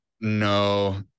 no